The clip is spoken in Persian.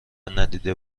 ندیده